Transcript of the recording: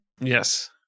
Yes